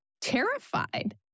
terrified